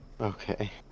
Okay